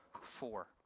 four